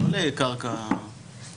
לא לקרקע לא תפוסה.